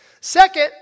Second